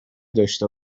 داشته